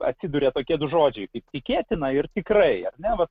atsiduria tokie du žodžiai kaip tikėtina ir tikrai ar ne va